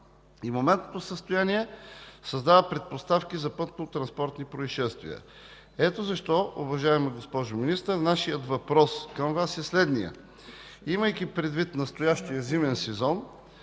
и моментното състояние създава предпоставки за пътнотранспортни произшествия. Ето защо, уважаема госпожо Министър, нашият въпрос към Вас е следният: имайки предвид настоящия зимен сезон,